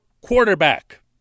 quarterback